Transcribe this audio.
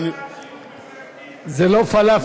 יש, על שיוך מפלגתי, זה לא פלאפל.